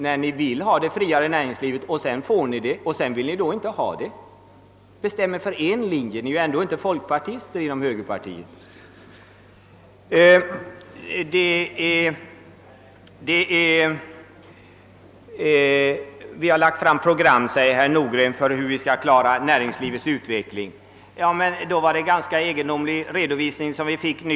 När ni får den större frihet för näringslivet som ni änge talat om så vill ni inte ha den. Bestäm er för en linje — ni är ju inte folkpartister inom högerpartiet! Herr Nordgren säger att man från borgerligt håll har lagt fram program för hur man skall klara näringslivets utveckling. I så fall var det en ganska egendomlig redovisning som vi fick nu.